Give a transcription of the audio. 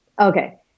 okay